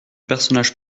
personnage